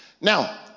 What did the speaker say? Now